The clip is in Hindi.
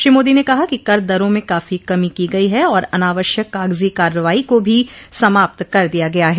श्री मोदी ने कहा कि कर दरों में काफी कमी की गई है और अनावश्यक कागजी कार्रवाई को भी समाप्त कर दिया गया है